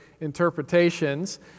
interpretations